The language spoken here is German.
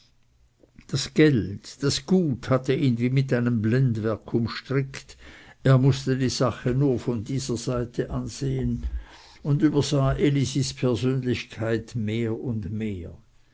das geld das gut hatte ihn wie mit einem blendwerk umstrickt er mußte die sache nun von dieser seite ansehen und übersah elisis persönlichkeit mehr und mehr